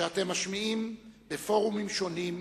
שאתם משמיעים בפורומים שונים,